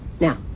Now